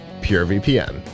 purevpn